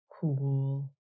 cool